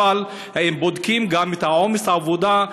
אבל האם בודקים גם את עומס העבודה,